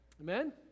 Amen